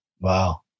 Wow